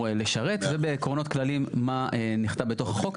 לשרת ובעקרונות כלליים מה נכתב בתוך החוק.